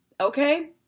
okay